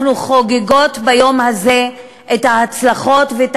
אנחנו חוגגות ביום הזה את ההצלחות ואת